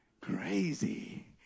Crazy